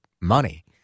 money